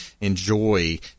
Enjoy